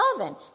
oven